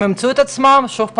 הם ימצאו את עצמם שוב ברבנות.